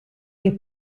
che